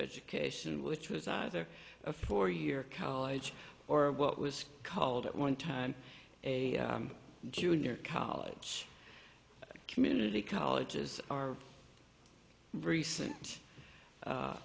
education which was either a four year college or what was called at one time a junior college community colleges are recent